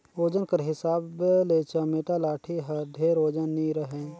ओजन कर हिसाब ले चमेटा लाठी हर ढेर ओजन नी रहें